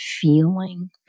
feeling